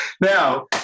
Now